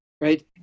right